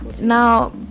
now